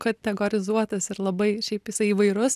kategorizuotas ir labai šiaip jisai įvairus